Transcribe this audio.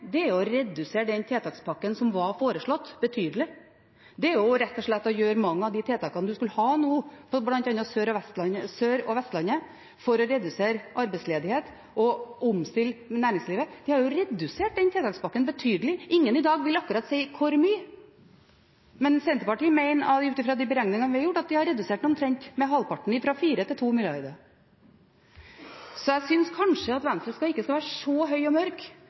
jo å redusere den tiltakspakken som var foreslått, betydelig. Det handler rett og slett om mange av de tiltakene man nå skulle ha på bl.a. Sør- og Vestlandet for å redusere arbeidsledighet og omstille næringslivet. De har jo redusert den tiltakspakken betydelig. Ingen i dag vil si akkurat hvor mye, men Senterpartiet mener, ut fra de beregningene vi har gjort, at de har redusert den omtrent med halvparten, fra 4 mrd. kr til 2 mrd. kr. Så jeg synes kanskje at Venstre ikke skal være så høy og mørk